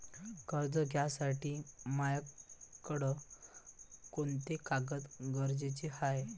कर्ज घ्यासाठी मायाकडं कोंते कागद गरजेचे हाय?